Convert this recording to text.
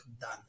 done